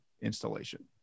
installation